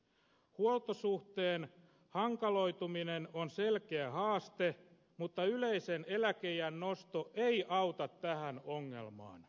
huoltosuhteen hankaloituminen on selkeä haaste mutta yleisen eläkeiän nosto ei auta tähän ongelmaan